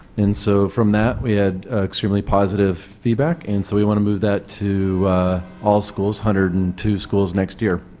and so from that we have extremely positive feedback. and so we want to move that to all schools hundred and two schools next year.